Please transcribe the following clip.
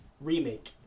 remake